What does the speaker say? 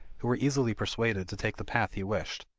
who were easily persuaded to take the path he wished.